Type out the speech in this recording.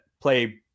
play